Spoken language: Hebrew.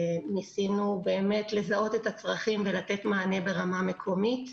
ניסינו לזהות את הצרכים ולתת מענה ברמה המקומית.